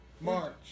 March